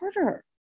harder